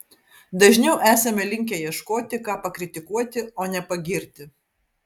dažniau esame linkę ieškoti ką pakritikuoti o ne pagirti